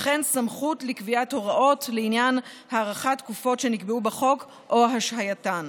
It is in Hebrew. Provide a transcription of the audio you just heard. וכן סמכות לקביעת הוראות לעניין הארכת תקופות שנקבעו בחוק או השהייתן.